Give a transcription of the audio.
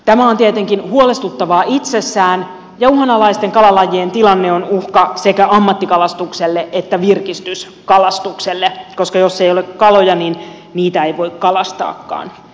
tämä on tietenkin huolestuttavaa itsessään ja uhanalaisten kalalajien tilanne on uhka sekä ammattikalastukselle että virkistyskalastukselle koska jos ei ole kaloja niin niitä ei voi kalastaakaan